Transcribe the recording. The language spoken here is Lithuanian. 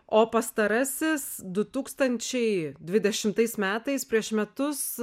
o pastarasis du tūkstančiai dvidešimtais metais prieš metus